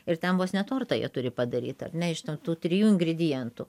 ir ten vos ne tortą jie turi padaryt ar ne iš tų trijų ingredientų